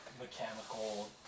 mechanical